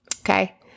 Okay